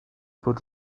bod